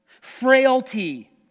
frailty